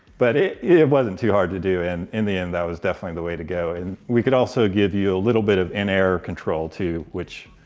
but it it wasn't too hard to do, and in the end that was definitely the way to go. and we could also give you a little bit of in-air control too, too, which